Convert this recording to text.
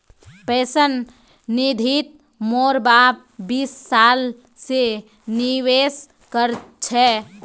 pension निधित मोर बाप बीस साल स निवेश कर छ